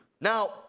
Now